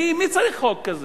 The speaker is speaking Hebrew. מי צריך חוק כזה?